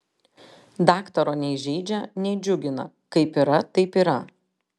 daktaro nei žeidžia nei džiugina kaip yra taip yra